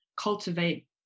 cultivate